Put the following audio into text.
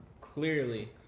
clearly